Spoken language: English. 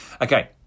Okay